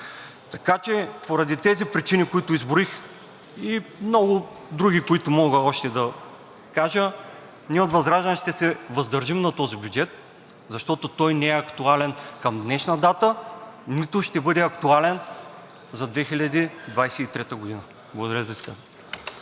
Така че поради тези причини, които изброих, и много други, които мога още да кажа, ние от ВЪЗРАЖДАНЕ ще се въздържим за този бюджет, защото той не е актуален към днешна дата, нито ще бъде актуален за 2023 г. Благодаря.